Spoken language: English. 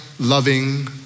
loving